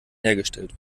hergestellt